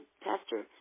Pastor